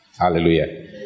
hallelujah